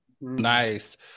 Nice